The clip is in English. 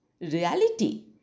reality